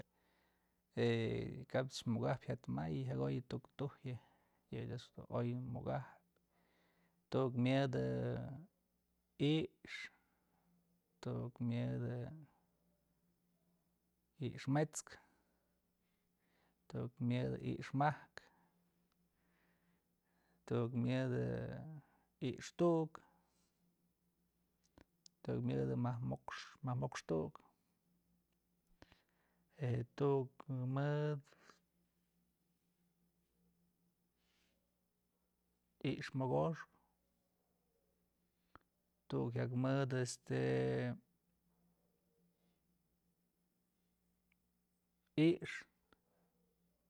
Je'e kapch mukakaj jyat mayë jakoyë tuk tujyë yë a'ax dun oy mukëkaypë tu'uk myë dëi'ixë, tu'uk myëdë i'ix met's kë, tu'uk myëdë i'ixë majkë, tu'uk myëdë i'ix tu'uk, tu'uk myëdë majk mox tu'uk, je'e tuk mëd i'ix mokoxkë, tu'uk jyak mëdë este i'ixë.